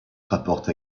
rapporte